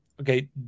okay